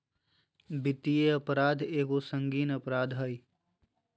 वित्तीय अपराध एगो संगीन अपराध हइ